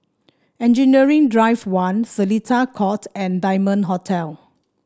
Engineering Drive One Seletar Court and Diamond Hotel